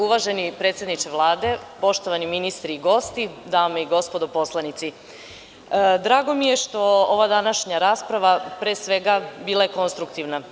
Uvaženi predsedniče Vlade, poštovani ministri i gosti, dame i gospodo narodni poslanici, drago mi je što ova današnja rasprava, pre svega, bila je konstruktivna.